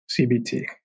CBT